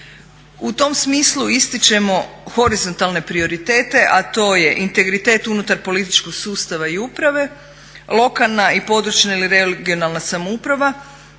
U tom smislu ističemo horizontalne prioritete a to je integritet unutar političkog sustava i uprave, lokalne i područna ili regionalna samouprava,